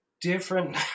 different